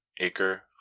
Acre